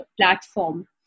platform